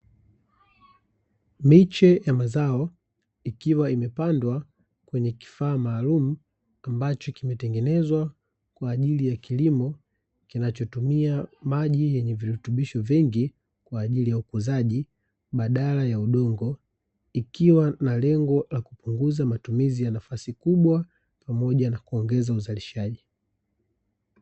Miche ya mazao ikiwa imepandwa kwenye kifaa maalumu ambacho kimetengenezwa kwa ajili ya kilimo kinachotumia maji yenye virutubisho vingi, kwa ajili ya ukuzaji badala ya udongo, ikiwa na lengo la kupunguza matumizi ya nafasi kubwa, pamoja na kuongeza uzalishaji.